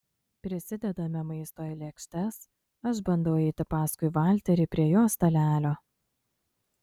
prisidedame maisto į lėkštes aš bandau eiti paskui valterį prie jo stalelio